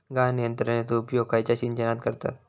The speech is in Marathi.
गाळण यंत्रनेचो उपयोग खयच्या सिंचनात करतत?